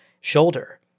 shoulder